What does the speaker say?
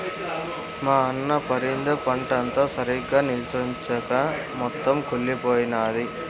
మా అన్న పరింద పంటంతా సరిగ్గా నిల్చొంచక మొత్తం కుళ్లిపోయినాది